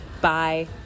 Bye